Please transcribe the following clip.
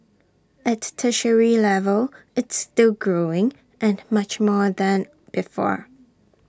at tertiary level it's still growing and much more than before